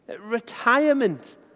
Retirement